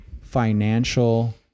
financial